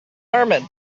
herman